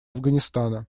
афганистана